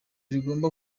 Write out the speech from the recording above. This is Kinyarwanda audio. rigomba